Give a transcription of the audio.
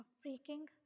freaking